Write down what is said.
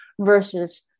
versus